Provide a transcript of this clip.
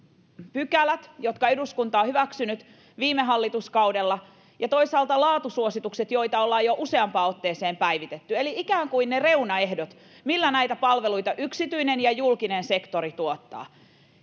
pykälät jotka eduskunta on hyväksynyt viime hallituskaudella ja toisaalta laatusuositukset joita ollaan jo useampaan otteeseen päivitetty eli ikään kuin ne reunaehdot millä näitä palveluita yksityinen ja julkinen sektori tuottavat